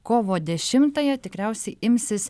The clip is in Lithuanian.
kovo dešimtąją tikriausiai imsis